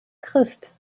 christ